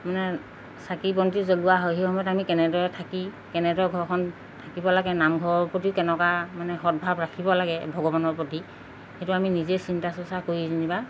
মানে চাকি বন্তি জ্বলোৱা হয় সেই সময়ত আমি কেনেদৰে থাকি কেনেদৰে ঘৰখন থাকিব লাগে নামঘৰৰ প্ৰতিও কেনেকুৱা মানে সৎভাৱ ৰাখিব লাগে ভগৱানৰ প্ৰতি সেইটো আমি নিজেই চিন্তা চৰ্চা কৰি যেনিবা